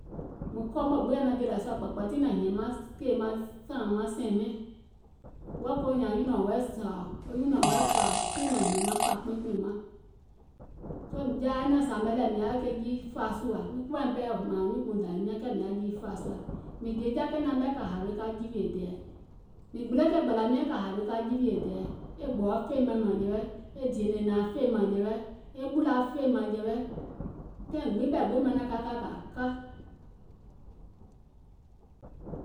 Muŋ kɔɔ mɔ̀ɛ̀ gbiŋ yaȧ naȧŋ jèlȧ sùȧ kpȧkpȧ tiŋ naŋ hìɛ̀ŋ maŋ sȧȧŋ maŋ sɛ̀ìŋ mɛɛ̀ŋ, tiŋ naŋ hìɛ̀ŋ maŋ fȧa kpeiŋ kpèìŋ maŋ, soo mìŋ jaa yɛi naȧŋ sȧȧmɛ mìŋ yaȧ jiifȧa sùȧ, miŋ kuwȧiŋ ɓɛɛ mȧȧŋ nyuùnkpùuŋ dȧwiim nyȧŋ kɛɛ mìŋ yaȧ jiifȧa sùȧ, mìŋ jè jakènaŋ mɛ̀ ka hawe ka jiwiè tɛ̀ɛ̀, mìŋ gbile ke gbȧlȧ miɛ̀ŋ ka hawe ka jiwiè tɛ̀ɛ̀, e gbɔ̀ɔ fèìm ɓɛìŋ mȧŋjɛ̀wɛ, e dìè nȧȧŋ fèìm ɓɛìŋ mȧŋjɛ̀wɛ, e ɓùla fèìm mȧŋjɛ̀wɛ, taìŋ gbiŋ ɓɛ̀ gbiŋ manaŋ ka ka kȧa ka,